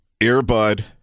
Earbud